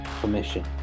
permission